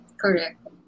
Correct